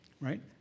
right